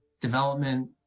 development